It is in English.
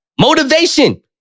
motivation